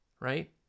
right